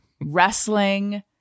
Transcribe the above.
wrestling